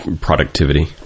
productivity